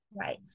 Right